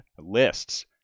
lists